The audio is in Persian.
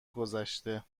گذشته